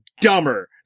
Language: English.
dumber